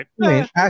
right